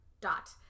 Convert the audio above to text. dot